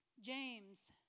James